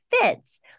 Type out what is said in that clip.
fits